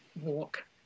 walk